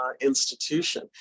institution